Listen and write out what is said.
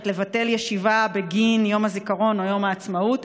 לבטל ישיבה בגין יום הזיכרון ויום העצמאות,